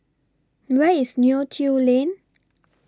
Where IS Neo Tiew Lane